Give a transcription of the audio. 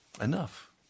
enough